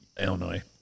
Illinois